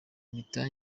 mpita